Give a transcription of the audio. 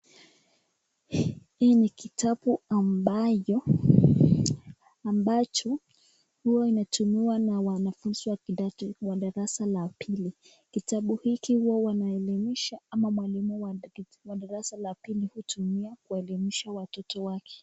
Hii ni kitabu ambayo ambacho huwa kinatumiwa na wanafunzi wa darasa la pili .Kitabu hiki huwa wanahelimisha ama mwalimu wao wa darasa la pili utumia kuhelimisha wanafunzi wa darasa lake.